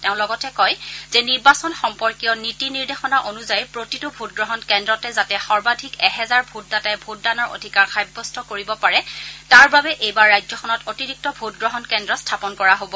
তেওঁ লগতে কয় যে নিৰ্বাচন সম্পৰ্কীয় নীতি নিৰ্দেশনা অনুযায়ী প্ৰতিটো ভোটগ্ৰহণ কেন্দ্ৰতে যাতে সৰ্বাধিক এহেজাৰ ভোটদাতাই ভোটদানৰ অধিকাৰ সাব্যস্ত কৰিব পাৰে তাৰবাবে এইবাৰ ৰাজ্যখনত অতিৰিক্ত ভোটগ্ৰহণ কেন্দ্ৰ স্থাপন কৰা হ'ব